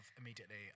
immediately